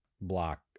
block